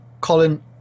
Colin